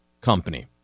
company